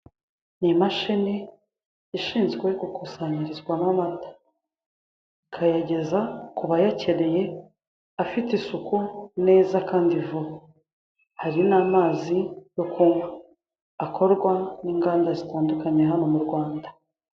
Imashini ishinzwe gukusanyizwamo amata bakayageza kubayakeneye afite isuku neza kandi vuba, hari n'amazi yo kunywa akorwa n'inganda zitandukanye hano mu Rwanda.